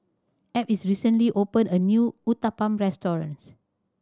Ab recently opened a new Uthapam Restaurant